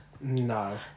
No